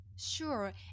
Sure